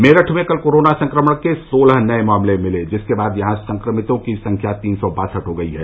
मेरठ में कल कोरोना संक्रमण के सोलह नए मामले मिले जिसके बाद यहां संक्रमितों की संख्या तीन सौ बासठ हो गई है